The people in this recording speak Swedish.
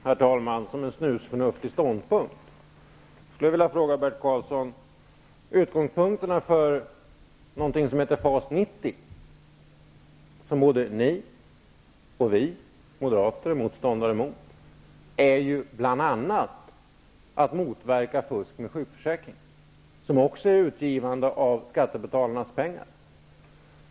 Herr talman! Det låter som en snusförnuftig ståndpunkt. Jag skulle vilja fråga Bert Karlsson hur han ställer sig till någonting som heter FAS 90, som både ni och vi moderater är motståndare till. Utgångspunkten för FAS 90 är att motverka fusk med sjukförsäkringen, som också är utgivande av skattebetalarnas pengar.